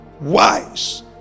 wise